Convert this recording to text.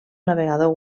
navegador